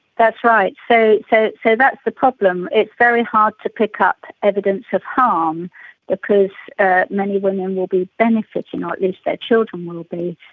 that's right. so so so that's the problem it's very hard to pick up evidence of harm because ah many women will be benefiting, or at least their children will be,